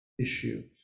issue